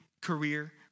career